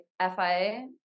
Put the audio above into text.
FIA